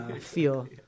feel